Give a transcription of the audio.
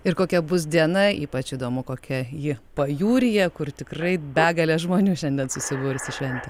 ir kokia bus diena ypač įdomu kokia ji pajūryje kur tikrai begalė žmonių šiandien susibūrusi šventei